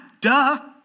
duh